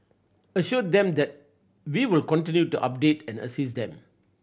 assured them that we will continue to update and assist them